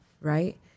right